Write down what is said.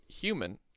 human